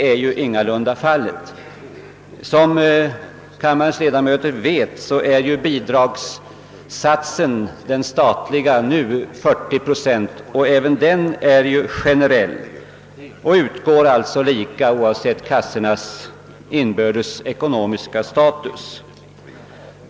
Som kammarens ledamöter vet är den statliga bidragssatsen nu för varje år 40 procent av försäkringskassans utgifter för sjukvårdsersättning , grundsjukpenning, barntillägg och moderskapspenning. Bidraget är generellt och utgår - enligt samma grunder oavsett kassornas inbördes ekonomiska status.